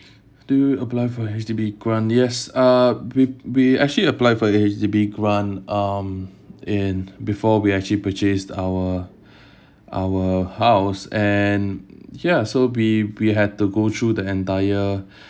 do you apply for a H_D_B grant yes uh we we actually applied for the H_D_B grant um in before we actually purchased our our house and ya so we we have to go through the entire